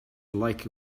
like